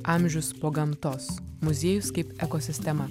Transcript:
amžius po gamtos muziejus kaip ekosistema